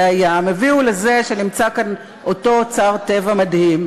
הים הביאו לזה שנמצא כאן אותו אוצר טבע מדהים,